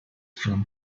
from